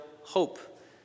hope